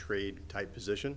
trade type position